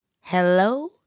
hello